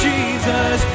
Jesus